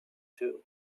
too